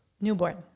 Newborn